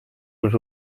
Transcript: les